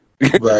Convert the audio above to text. Right